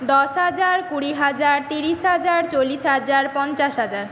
দশ হাজার কুড়ি হাজার ত্রিশ হাজার চল্লিশ হাজার পঞ্চাশ হাজার